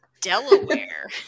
Delaware